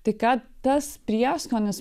tai kad tas prieskonis